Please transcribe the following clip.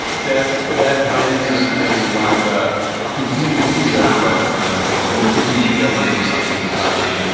their, their homes and everything wound up continuing to be owned by the fund. they continue to get an income from the fund.